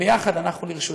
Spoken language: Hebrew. וביחד אנחנו לרשותם.